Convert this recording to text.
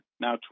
now